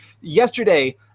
yesterday